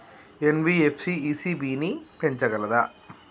NBFC ECB ని పెంచగలదా?